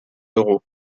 euros